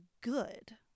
good